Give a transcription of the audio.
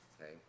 Okay